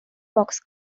box